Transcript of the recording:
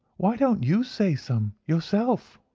why don't you say some yourself?